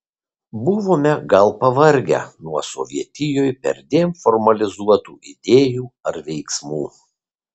buvome gal pavargę nuo sovietijoj perdėm formalizuotų idėjų ar veiksmų